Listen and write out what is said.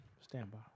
Standby